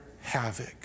havoc